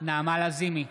נעמה לזימי,